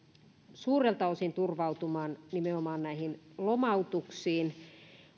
suurelta osin turvautumaan nimenomaan näihin lomautuksiin